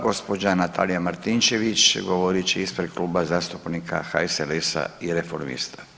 Gđa. Natalija Martinčević govorit će ispred Kluba zastupnika HSLS-a i Reformista,